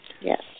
Yes